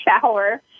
shower